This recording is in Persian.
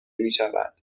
میشود